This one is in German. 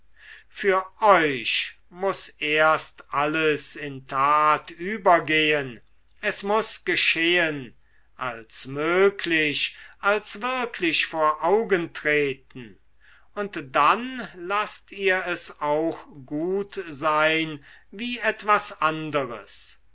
für euch muß erst alles in tat übergehen es muß geschehen als möglich als wirklich vor augen treten und dann laßt ihr es auch gut sein wie etwas anderes